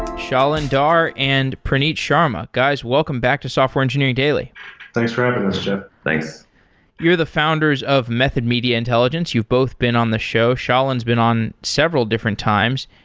shailin dhar and praneet sharma, guys welcome back to software engineering daily thanks for having us, jeff thanks you're the founders of method media intelligence. you've both been on the show. shailin's been on several different times.